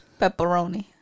Pepperoni